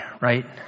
right